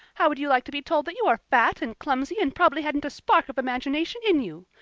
how would you like to be told that you are fat and clumsy and probably hadn't a spark of imagination in you?